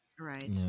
Right